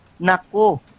Nako